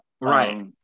right